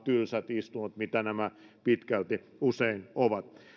istunnot millaisia nämä pitkälti usein ovat